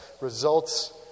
results